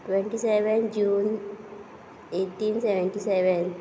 twenty seven June eighteen seventy seven